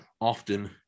often